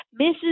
Mrs